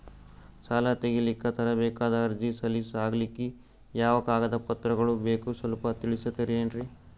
ಸಾಲ ತೆಗಿಲಿಕ್ಕ ತರಬೇಕಾದ ಅರ್ಜಿ ಸಲೀಸ್ ಆಗ್ಲಿಕ್ಕಿ ಯಾವ ಕಾಗದ ಪತ್ರಗಳು ಬೇಕು ಸ್ವಲ್ಪ ತಿಳಿಸತಿರೆನ್ರಿ?